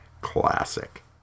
Classic